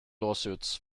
lawsuits